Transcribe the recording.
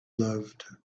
loved